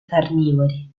carnivori